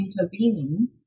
intervening